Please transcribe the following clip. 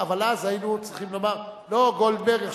אבל אז היינו צריכים לומר: לא גולדברג,